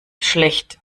schlecht